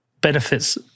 benefits